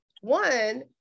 one